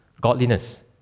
godliness